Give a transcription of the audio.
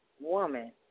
woman